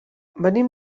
venim